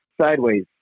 sideways